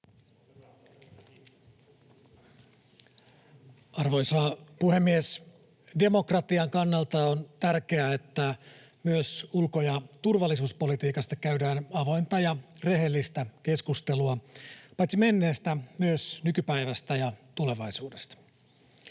Arvoisa puhemies! Demokratian kannalta on tärkeää, että myös ulko- ja turvallisuuspolitiikasta käydään avointa ja rehellistä keskustelua — paitsi menneestä myös nykypäivästä ja tulevaisuudesta.